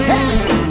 Hey